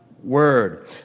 Word